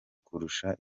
kurusha